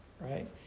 right